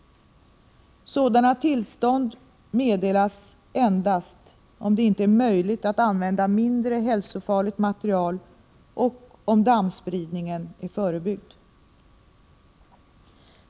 Sådana tillstånd meddelas endast om det inte är möjligt att använda mindre hälsofarligt material och om dammspridningen är förebyggd.